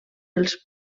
els